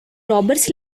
robbers